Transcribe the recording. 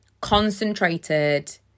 concentrated